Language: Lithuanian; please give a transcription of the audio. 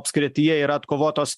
apskrityje yra atkovotos